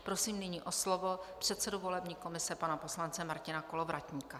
Prosím nyní o slovo předsedu volební komise pana poslance Martina Kolovratníka.